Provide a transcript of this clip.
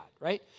right